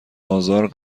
ازار